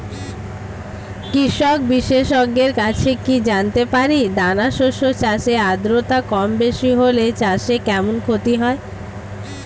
কৃষক বিশেষজ্ঞের কাছে কি জানতে পারি দানা শস্য চাষে আদ্রতা কমবেশি হলে চাষে কেমন ক্ষতি হয়?